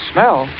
Smell